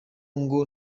ngo